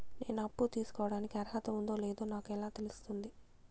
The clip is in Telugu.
నేను అప్పు తీసుకోడానికి అర్హత ఉందో లేదో నాకు ఎలా తెలుస్తుంది?